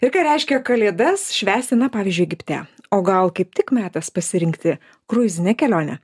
ir ką reiškia kalėdas švęsti na pavyzdžiui egipte o gal kaip tik metas pasirinkti kruizinę kelionę